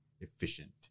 efficient